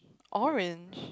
orange